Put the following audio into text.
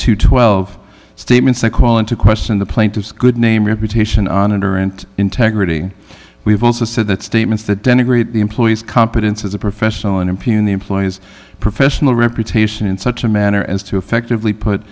and twelve statements i call into question the plaintiff's good name reputation on and aren't integrity we've also said that statements that denigrate the employees competence as a professional and impugn the employees professional reputation in such a manner as to effectively put